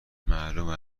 معلومه